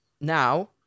Now